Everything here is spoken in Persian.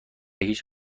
هیچ